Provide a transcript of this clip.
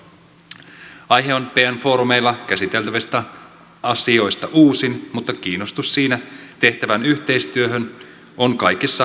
aihe on pn foorumeilla käsiteltävistä asioista uusin mutta kiinnostus siinä tehtävään yhteistyöhön on kaikissa pohjoismaissa suurta